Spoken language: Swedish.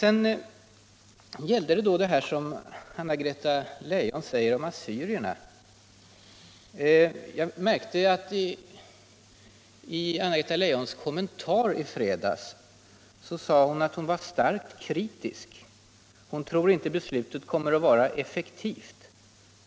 Sedan till det som Anna-Greta Leijon sade om assyrierna. I sina kommentarer i fredags förklarade Anna-Greta Leijon att hon var starkt kritisk och att hon inte trodde att beslutet kommer att vara effektivt.